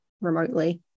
remotely